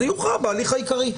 זה יוכרע בהליך העיקרי.